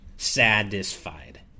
Satisfied